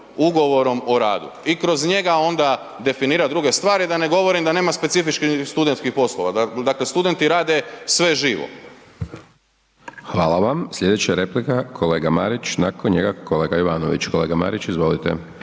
ugovorom o radu i kroz njega onda definirati druge stvari, a da ne govorim da nema specifičnih studentskih poslova, dakle studenti rade sve živo. **Hajdaš Dončić, Siniša (SDP)** Hvala. Sljedeća replika kolega Marić, nakon njega kolega Jovanović. Kolega Marić, izvolite.